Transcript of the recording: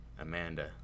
Amanda